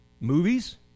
movies